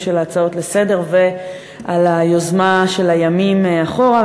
של ההצעות לסדר-היום ועל היוזמה של הימים אחורה,